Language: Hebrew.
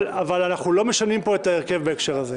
אנחנו לא משנים פה את ההרכב בהקשר הזה.